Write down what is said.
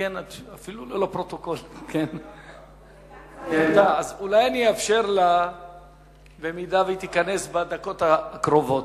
חברת הכנסת תירוש.